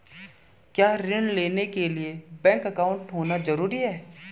क्या ऋण लेने के लिए बैंक अकाउंट होना ज़रूरी है?